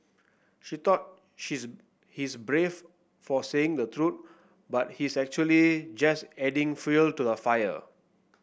he thought she's he's brave for saying the truth but he's actually just adding fuel to the fire